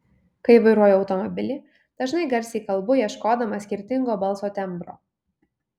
kai vairuoju automobilį dažnai garsiai kalbu ieškodama skirtingo balso tembro